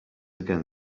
again